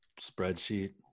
spreadsheet